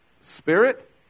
spirit